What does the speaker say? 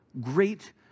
great